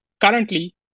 currently